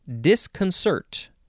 disconcert